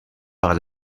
par